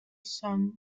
sant